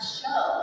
show